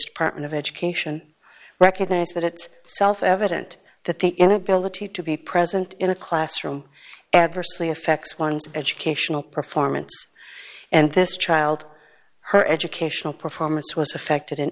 states department of education recognize that it's self evident that the inability to be present in a classroom adversely affects one's educational performance and this child her educational performance was affected in